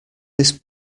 this